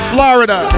Florida